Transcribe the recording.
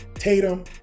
Tatum